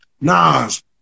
Nas